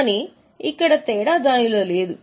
కానీ ఇక్కడ తేడా దానిలో లేదు